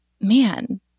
man